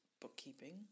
bookkeeping